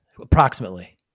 approximately